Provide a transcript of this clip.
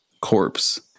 corpse